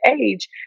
age